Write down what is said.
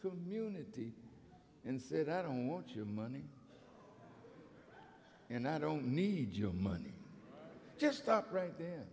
community and said i don't want your money and i don't need your money just stop right there